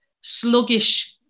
sluggish